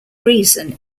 reason